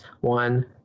one